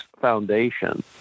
Foundation